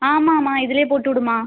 ஆமாம்மா இதுலையே போட்டு விடும்மா